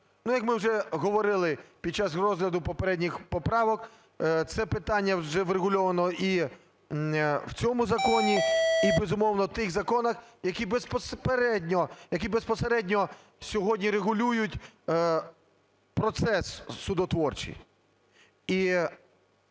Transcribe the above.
Ну, як ми вже говорили під час розгляду попередніх поправок, це питання вже врегульовано і в цьому законі, і, безумовно, в тих законах, які безпосередньо сьогодні регулюють процес судотворчий.